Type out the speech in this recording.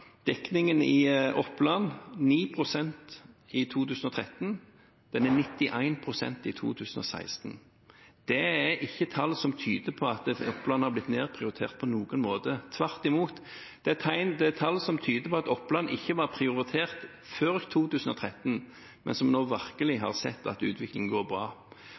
dekningen i Oppland 9 pst. i 2013, og den er 91 pst. i 2016. Det er ikke tall som tyder på at Oppland har blitt nedprioritert på noen måte. Tvert imot er det tall som tyder på at Oppland ikke var prioritert før 2013, mens en nå virkelig har sett at utviklingen går bra.